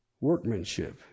workmanship